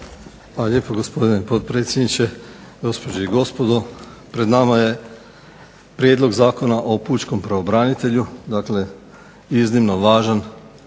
lijepo gospodine potpredsjedniče. Gospođe i gospodo. Pred nama je Prijedlog Zakona o pučkom pravobranitelju, dakle iznimno važan